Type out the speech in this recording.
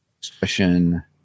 discussion